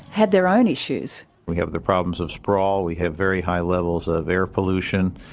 had their own issues. we have the problems of sprawl. we have very high levels of air pollution.